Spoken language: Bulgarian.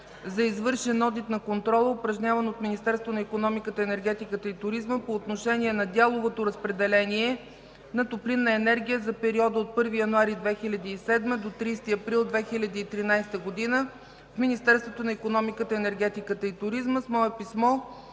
за извършен одит на контрола, упражняван от Министерството на икономиката, енергетиката и туризма по отношение на дяловото разпределение на топлинна енергия за периода от 1 януари 2007 г. до 30 април 2013 г. в Министерството на икономиката, енергетиката и туризма. С мое писмо